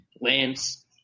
Lance